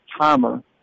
timer